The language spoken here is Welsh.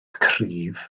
cryf